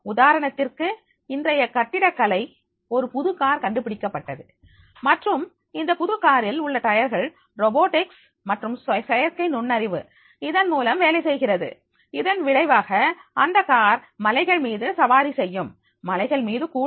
உதாரணத்திற்கு இன்றைய கட்டிடக்கலை ஒரு புது கார் கண்டுபிடிக்கப்பட்டுள்ளது மற்றும் இந்த புது காரில் உள்ள டயர்கள் ரோபோட்டிக்ஸ் மற்றும் செயற்கை நுண்ணறிவு இதன் மூலம் வேலை செய்கிறது இதன் விளைவாக அந்த கார் மலைகள் மீது சவாரி செய்யும் மலைகள் மீது கூட